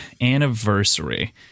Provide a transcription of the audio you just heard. anniversary